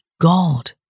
God